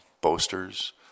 boasters